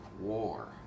war